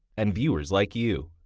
and viewers like you.